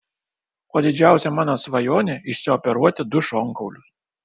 o didžiausia mano svajonė išsioperuoti du šonkaulius